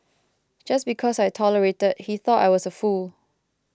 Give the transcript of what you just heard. just because I tolerated he thought I was a fool